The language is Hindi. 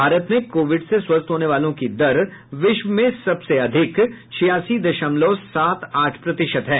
भारत में कोविड से स्वस्थ होने वालों की दर विश्व में सबसे अधिक छियासी दशमलव सात आठ प्रतिशत है